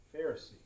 Pharisee